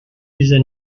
diese